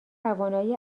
توانایی